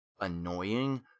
Annoying